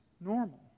normal